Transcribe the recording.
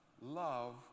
love